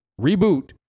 reboot